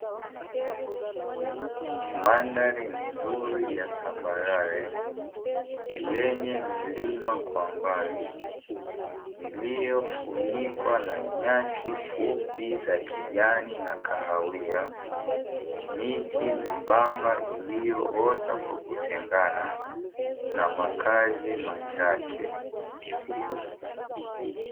Mandhari nzuri ya tambarare, yenye milima kwa mbali iliyofunikwa na nyasi fupi za kijani na kahawia, miti myembamba iliyoota kwa kutengana na makazi machache.